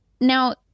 Now